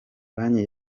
banki